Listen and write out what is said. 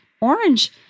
Orange